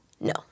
No